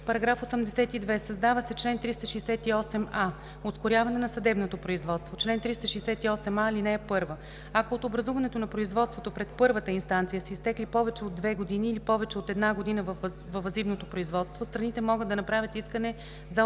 срок. § 82. Създава се чл. 368а: „Ускоряване на съдебното производство Чл. 368а. (1) Ако от образуването на производството пред първата инстанция са изтекли повече от две години или повече от една година във въззивното производство, страните могат да направят искане за ускоряване.